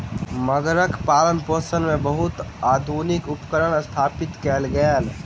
मगरक पालनपोषण मे बहुत आधुनिक उपकरण स्थापित कयल गेल